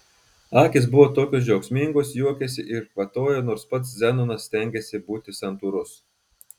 akys buvo tokios džiaugsmingos juokėsi ir kvatojo nors pats zenonas stengėsi būti santūrus